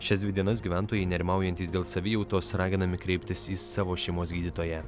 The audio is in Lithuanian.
šias dvi dienas gyventojai nerimaujantys dėl savijautos raginami kreiptis į savo šeimos gydytoją